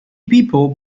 people